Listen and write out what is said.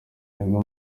nibwo